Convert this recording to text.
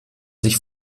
sich